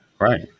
right